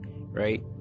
right